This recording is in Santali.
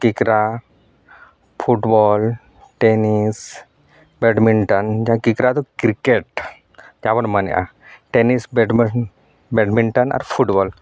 ᱠᱤᱠᱨᱟ ᱯᱷᱩᱴᱵᱚᱞ ᱴᱮᱱᱤᱥ ᱵᱮᱰᱢᱤᱱᱴᱚᱱ ᱠᱤᱠᱨᱟ ᱫᱚ ᱠᱤᱨᱠᱮᱴ ᱡᱟᱦᱟᱸ ᱵᱚᱱ ᱢᱮᱱᱮᱜᱼᱟ ᱴᱮᱱᱤᱥ ᱵᱮᱰᱢᱤᱱ ᱵᱮᱰᱢᱤᱱᱴᱚᱱ ᱟᱨ ᱯᱷᱩᱴᱵᱚᱞ